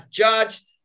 judged